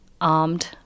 armed